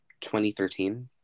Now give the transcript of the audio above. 2013